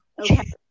Okay